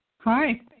Hi